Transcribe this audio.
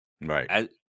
Right